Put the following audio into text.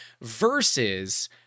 versus